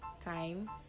time